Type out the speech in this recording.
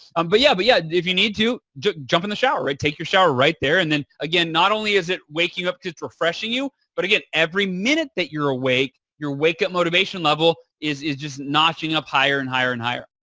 um but yeah but yeah, if you need to, jump jump in the shower or take your shower right there and then, again, not only is it waking you up, it's refreshing you but, again, every minute that you're awake, your wake-up motivation level is is just notching up higher and higher and higher.